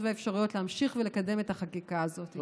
והאפשרויות להמשיך ולקדם את החקיקה הזאת.